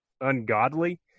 ungodly